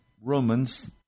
Romans